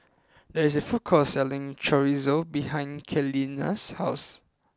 there is a food court selling Chorizo behind Kenia's house